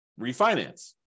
refinance